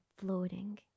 floating